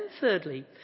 thirdly